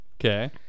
Okay